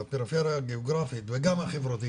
בפריפריה הגיאוגרפית וגם החברתית.